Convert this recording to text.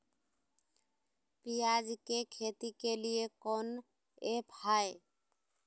प्याज के खेती के लिए कौन ऐप हाय?